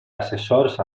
assessors